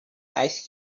ice